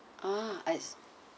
ah I see